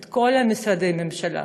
את כל משרדי הממשלה,